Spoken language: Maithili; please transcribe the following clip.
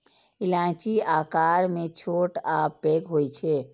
इलायची आकार मे छोट आ पैघ होइ छै